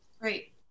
Great